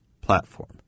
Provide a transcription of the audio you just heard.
platform